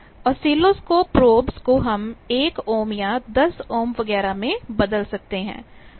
oscilloscope probes को हम 1 ohm या 10 ओम वगैरह में बदल सकते हैं